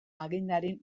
agendaren